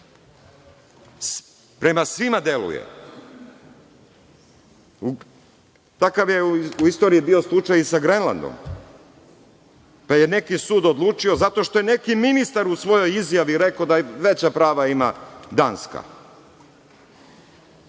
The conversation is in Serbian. prema svima deluje. Takav je u istoriji bio slučaj i sa Grenlandom, pa je neki sud odlučio zato što je neki ministar u svojoj izjavi rekao da veća prava ima Danska. Dalje,